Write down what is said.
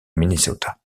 minnesota